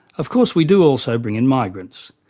of course we do also bring in migrants.